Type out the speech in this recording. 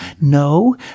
No